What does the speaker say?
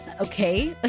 Okay